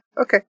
okay